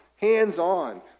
hands-on